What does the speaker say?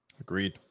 Agreed